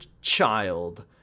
child